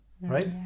Right